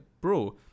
Bro